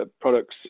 products